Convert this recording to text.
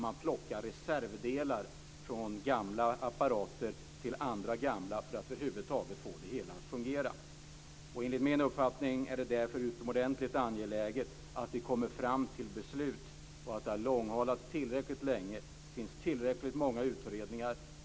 Man plockar reservdelar från gamla apparater till andra gamla apparater för att över huvud taget få det hela att fungera. Enligt min uppfattning är det därför utomordentligt angeläget att vi kommer fram till beslut. Det har långhalats tillräckligt länge, och det finns tillräckligt många utredningar.